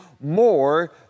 more